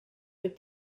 wyt